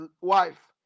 wife